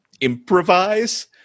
improvise